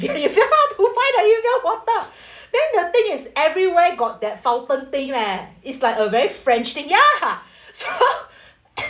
it's not hard to find the evian water then the thing is everywhere got that fountain thing leh it's like a very french thing ya ah so